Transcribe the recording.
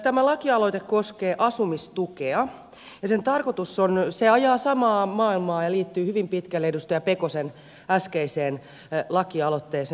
tämä lakialoite koskee asumistukea ja se ajaa samaa maailmaa ja liittyy hyvin pitkälle edustaja pekosen äskeiseen lakialoitteeseen